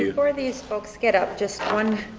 before these folks get up just one,